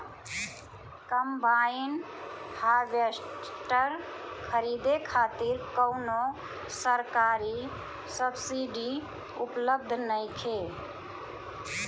Combine harvester खरीदे खातिर कउनो सरकारी सब्सीडी उपलब्ध नइखे?